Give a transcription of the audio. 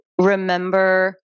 remember